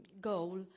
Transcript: goal